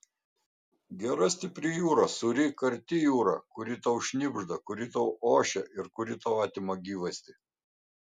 gera stipri jūra sūri karti jūra kuri tau šnibžda kuri tau ošia ir kuri tau atima gyvastį